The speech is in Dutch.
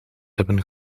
hebben